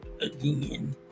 again